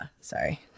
sorry